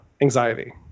anxiety